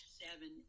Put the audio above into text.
seven